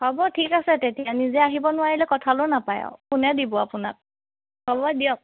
হ'ব ঠিক আছে তেতিয়া নিজে আহিব নোৱাৰিলে কঁঠালো নাপায় আৰু কোনে দিব আপোনাক হ'ব দিয়ক